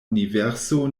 universo